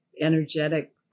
energetic